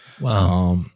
Wow